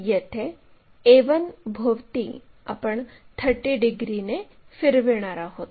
येथे a1 भोवती आपण 30 डिग्रीने फिरविणार आहोत